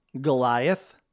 Goliath